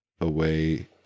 away